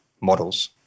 models